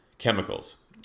Chemicals